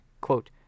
quote